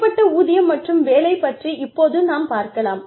தனிப்பட்ட ஊதியம் மற்றும் வேலை பற்றி இப்போது நாம் பார்க்கலாம்